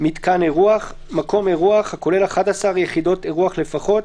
""מיתקן אירוח" מקום אירוח הכולל 11 יחידות אירוח לפחות,